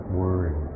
worry